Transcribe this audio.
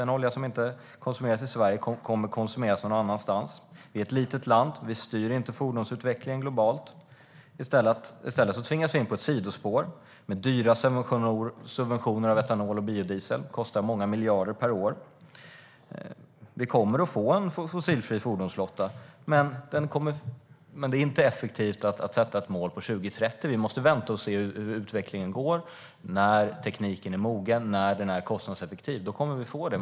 Den olja som inte konsumeras i Sverige kommer att konsumeras någon annanstans. Sverige är ett litet land. Vi styr inte fordonsutvecklingen globalt. I stället tvingas vi in på ett sidospår med dyra subventioner av etanol och biodiesel. Det kostar många miljarder per år. Vi kommer att få en fossilfri fordonsflotta, men det är inte effektivt att sätta ett mål till 2030. Vi måste vänta och se hur utvecklingen går. När tekniken är mogen och när den är kostnadseffektiv kommer vi att få detta.